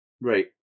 Right